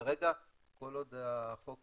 כרגע, כל עוד החוק